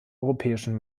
europäischen